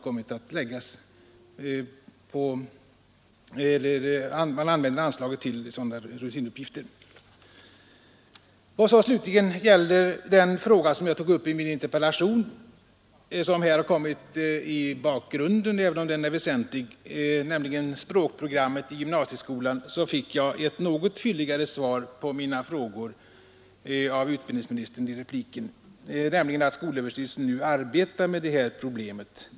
Vad slutligen gäller den fråga i min interpellation som här har kommit i bakgrunden trots att den är väsentlig, nämligen språkprogrammet i gymnasieskolan, fick jag ett något fylligare svar i utbildningsministerns replik, där han nämnde att skolöverstyrelsen nu arbetar med detta problem.